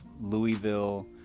Louisville